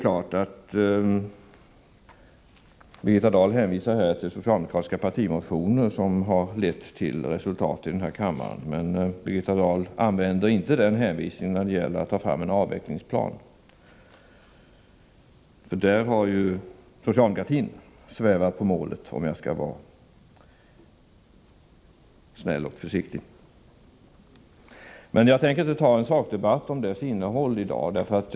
Birgitta Dahl hänvisar till socialdemokratiska partimotioner som har lett till resultat i den här kammaren, men hon gör inte den hänvisningen när det gäller att ta fram en avvecklingsplan — där har ju socialdemokratin svävat på målet, om jag skall uttrycka mig snällt och försiktigt. Men jag tänker inte ta en sakdebatt om innehållet i avvecklingsplanen i dag.